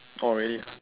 orh really ah